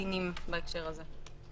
עדינים בהקשר הזה.